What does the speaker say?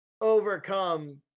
overcome